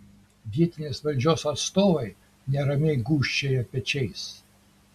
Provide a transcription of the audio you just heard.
vietinės valdžios atstovai neramiai gūžčioja pečiais